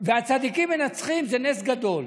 והצדיקים מנצחים זה נס גדול.